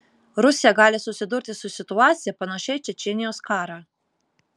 rusija gali susidurti su situacija panašia į čečėnijos karą